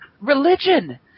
Religion